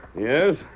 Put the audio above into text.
Yes